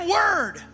word